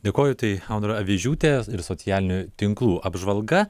dėkoju tai audra avižiūtė ir socialinių tinklų apžvalga